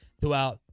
throughout